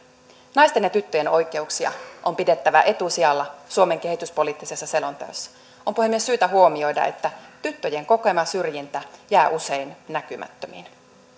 naisten ja tyttöjen oikeuksia on pidettävä etusijalla suomen kehityspoliittisessa selonteossa on puhemies syytä huomioida että tyttöjen kokema syrjintä jää usein näkymättömiin